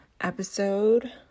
episode